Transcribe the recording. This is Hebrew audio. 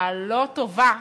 הלא-טובה,